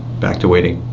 back to waiting.